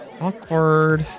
awkward